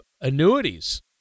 annuities